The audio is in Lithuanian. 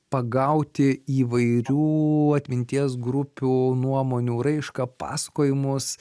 pagauti įvairių atminties grupių nuomonių raišką pasakojimus